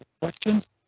questions